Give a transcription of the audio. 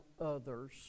others